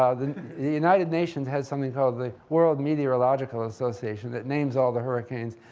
ah the united nations has something called the world meteorological association that names all the hurricanes,